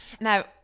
Now